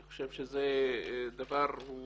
אני חושב שזה דבר שהוא